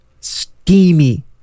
steamy